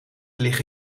lig